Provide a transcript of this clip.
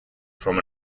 from